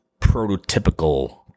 prototypical